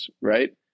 right